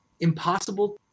impossible